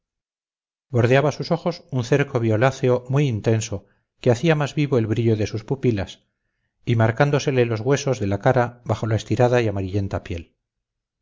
bordeaba sus ojos un cerco violáceo muy intenso que hacía más vivo el brillo de sus pupilas y marcándosele los huesos de la cara bajo la estirada y amarillenta piel